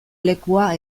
lekua